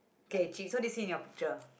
okay chiz so what do you see in your picture